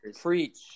preach